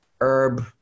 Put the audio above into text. herb